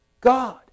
God